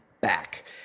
back